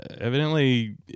Evidently